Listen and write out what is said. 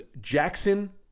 Jackson